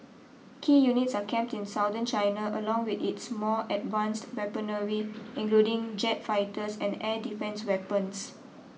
key units are kept in Southern China along with its more advanced weaponry including jet fighters and air defence weapons